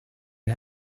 and